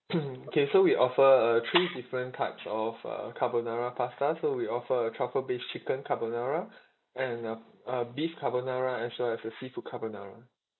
K so we offer uh three different types of uh carbonara pasta so we offer a truffle based chicken carbonara and uh uh beef carbonara as well as the seafood carbonara